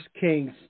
Kings